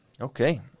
Okay